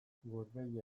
gorbeia